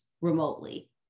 remotely